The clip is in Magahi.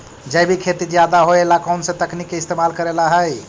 जैविक खेती ज्यादा होये ला कौन से तकनीक के इस्तेमाल करेला हई?